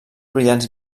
brillants